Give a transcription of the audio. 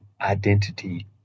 identity